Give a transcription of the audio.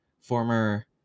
former